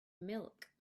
milk